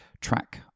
track